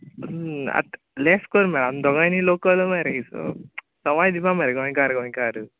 आतां लॅस कर मरे आम देगांयनी लोकल मरे एसो सवाय दिवपा मरे गोंयकार गोंयकार